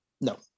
No